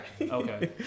Okay